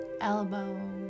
elbow